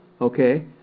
Okay